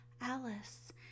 alice